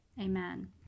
Amen